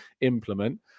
implement